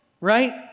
right